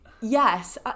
Yes